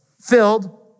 filled